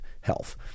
health